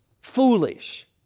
foolish